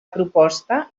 proposta